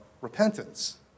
repentance